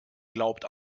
glaubt